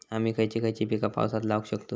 आम्ही खयची खयची पीका पावसात लावक शकतु?